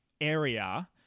area